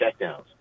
checkdowns